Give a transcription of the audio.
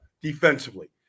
defensively